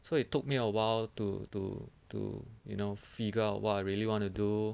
so it took me a while to to to you know figure what I really want to do